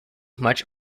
much